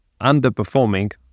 underperforming